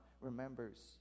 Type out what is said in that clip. remembers